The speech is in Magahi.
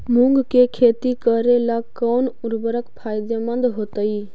मुंग के खेती करेला कौन उर्वरक फायदेमंद होतइ?